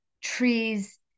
trees